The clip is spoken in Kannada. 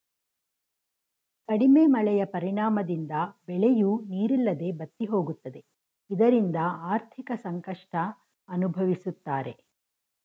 ಕಡಿಮೆ ಮಳೆಯ ಪರಿಣಾಮದಿಂದ ಬೆಳೆಯೂ ನೀರಿಲ್ಲದೆ ಬತ್ತಿಹೋಗುತ್ತದೆ ಇದರಿಂದ ಆರ್ಥಿಕ ಸಂಕಷ್ಟ ಅನುಭವಿಸುತ್ತಾರೆ